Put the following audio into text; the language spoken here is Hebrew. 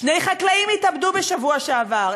שני חקלאים התאבדו בשבוע שעבר,